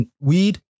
weed